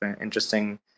interesting